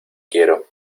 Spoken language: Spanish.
quiero